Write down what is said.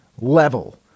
level